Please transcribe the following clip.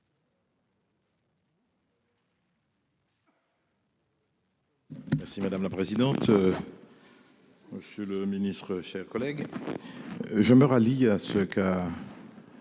Merci madame la présidente. Monsieur le ministre, chers collègues. Je me rallie à ce qu'a.